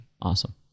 Awesome